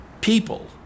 people